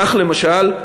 כך, למשל,